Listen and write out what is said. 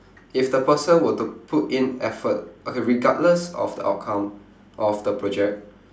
if the person were to put in effort okay regardless of the outcome of the project